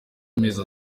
amezi